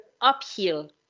uphill